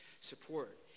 support